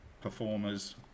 performers